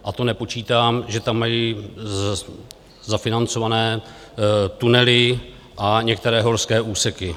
A to nepočítám, že tam mají zafinancované tunely a některé horské úseky.